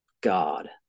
God